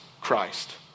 Christ